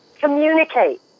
communicate